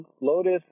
Lotus